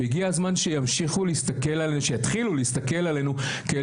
הגיע הזמן שיתחילו להסתכל עלינו כאל